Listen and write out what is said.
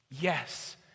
Yes